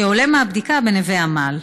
כעולה מהבדיקה בנווה עמל?